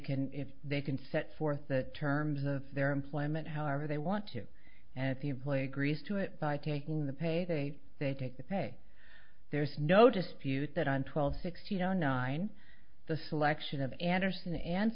if they can set forth the terms of their employment however they want to and if the employer agrees to it by taking the pay they they take the pay there's no dispute that on twelve sixteen zero nine the selection of and